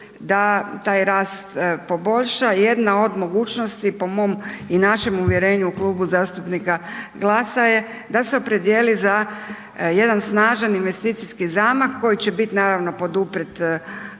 da taj rast poboljša. Jedna od mogućnosti po mom i našem uvjerenju u Klubu zastupnika GLAS-a je da se opredijeli za jedan snažan investicijski zamah, koji će biti, naravno, poduprijet